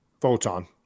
Photon